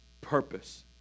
purpose